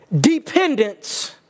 dependence